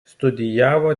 studijavo